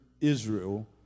Israel